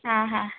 ആഹ് ആഹ്